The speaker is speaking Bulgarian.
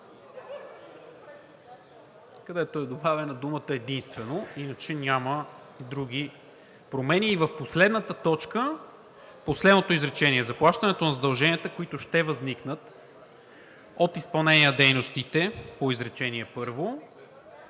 където е добавена думата „единствено“, а иначе няма други промени. В последната точка в последното изречение „заплащането на задълженията, които ще възникнат от изпълнение на дейностите по изречение“